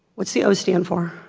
what's the o stand for?